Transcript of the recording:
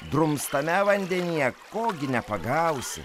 drumstame vandenyje ko gi nepagausi